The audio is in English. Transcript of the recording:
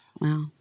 Wow